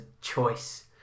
choice